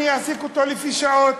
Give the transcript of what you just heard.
אני אעסיק אותו לפי שעות,